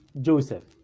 joseph